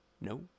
No